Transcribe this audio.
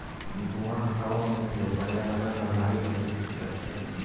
धुंआ ह हवा म मिलके परयाबरन ल भारी परदूसित करथे